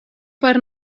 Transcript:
per